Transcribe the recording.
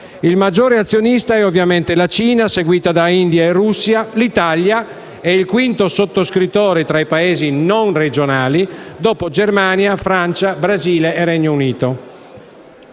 Il maggiore azionista è ovviamente la Cina, seguita da India e Russia. L'Italia è il quinto sottoscrittore tra i Paesi non regionali, dopo Germania, Francia, Brasile e Regno Unito.